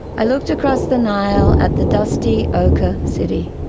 i looked across the nile at the dusty ochre city.